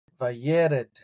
vayered